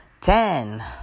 Ten